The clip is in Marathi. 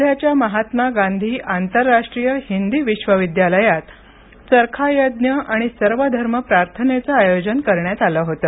वर्ध्याच्या महात्मा गांधी आंतरराष्ट्री य हिंदी विश्व विद्यालयातचरखा यज्ञ आणि सर्व धर्म प्रार्थनेचं आयोजन करण्याटत आलं होतं